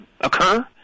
occur